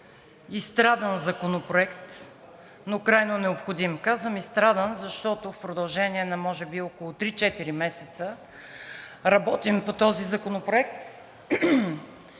изстрадан законопроект, но крайно необходим. Казвам изстрадан, защото в продължение може би на около три-четири месеца работим по този законопроект.